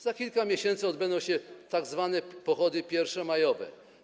Za kilka miesięcy odbędą się tzw. pochody pierwszomajowe.